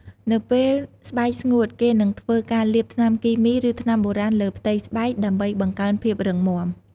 នៅពេលស្បែកស្ងួត គេនឹងធ្វើការលាបថ្នាំគីមី ឬថ្នាំបុរាណលើផ្ទៃស្បែក ដើម្បីបង្កើនភាពរឹងមាំ។